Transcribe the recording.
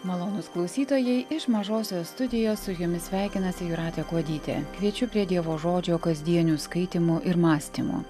malonūs klausytojai iš mažosios studijos su jumis sveikinasi jūratė kuodytė kviečiu prie dievo žodžio kasdienių skaitymų ir mąstymų